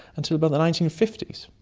until about the nineteen fifty s.